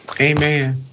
Amen